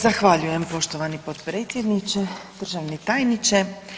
Zahvaljujem poštovani potpredsjedniče, državni tajniče.